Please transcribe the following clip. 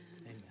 Amen